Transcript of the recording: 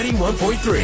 91.3